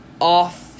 off